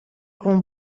con